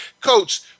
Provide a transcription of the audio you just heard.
Coach